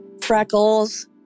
Freckles